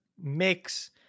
mix